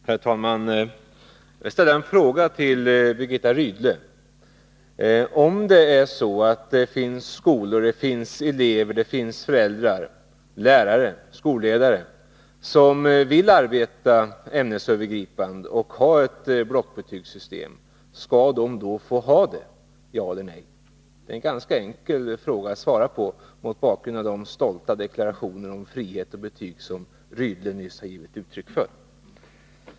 Herr talman! Får jag ställa en fråga till Birgitta Rydle: Om det finns skolor, elever, föräldrar, lärare och skolledare som vill arbeta ämnesövergripande och ha ett blockbetygssystem, skall de då få ha det — ja eller nej? Det är en ganska enkel fråga att svara på mot bakgrund av de stolta deklarationer om frihet och betyg som Birgitta Rydle nyss givit uttryck för.